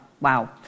Wow